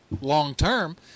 long-term –